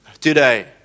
today